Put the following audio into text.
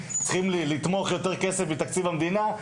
לכולם,